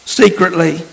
secretly